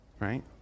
Right